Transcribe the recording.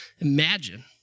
Imagine